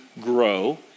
grow